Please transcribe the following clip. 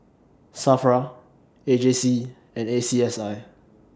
SAFRA A J C and A C S I